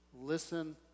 listen